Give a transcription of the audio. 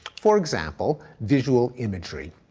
for example, visual imagery.